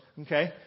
Okay